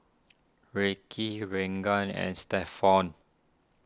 Ricki Reagan and Stephon